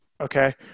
okay